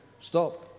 stop